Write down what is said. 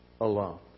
alone